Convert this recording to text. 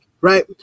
right